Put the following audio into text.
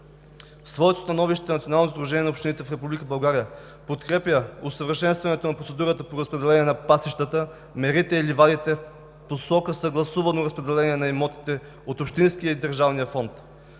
своето становище Националното сдружение на общините в Република България подкрепя усъвършенстването на процедурата по разпределение на пасищата, мерите и ливадите в посока съгласувано разпределение на имотите от общинския и държавния фонд